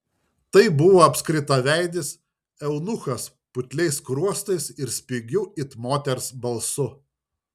tai buvo apskritaveidis eunuchas putliais skruostais ir spigiu it moters balsu